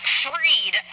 freed